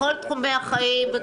בכל תחומי החיים.